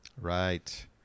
Right